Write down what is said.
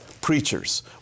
preachers